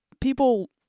People